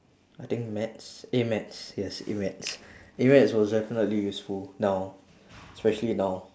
I think maths A maths yes A maths A maths was definitely useful now especially now